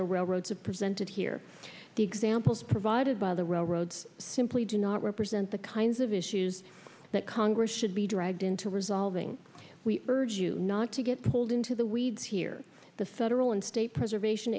the railroads have presented here the examples provided by the railroads simply do not represent the kinds of issues that congress should be dragged into resolving we urge you not to get pulled into the weeds here the federal and state preservation